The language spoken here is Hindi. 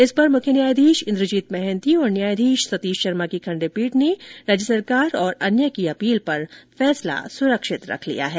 इस पर मुख्य न्यायाधीश इंद्रजीत महान्ति और न्यायाधीश सतीश शर्मा की खंडपीठ ने राज्य सरकार और अन्य की अपील पर फैसला सुरक्षित रख लिया है